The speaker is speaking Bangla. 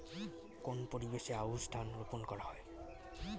কোন পরিবেশে আউশ ধান রোপন করা হয়?